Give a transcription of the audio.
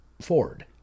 ford